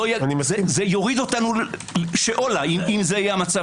זה יוריד אותנו שאולה אם נגיע למצב